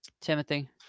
Timothy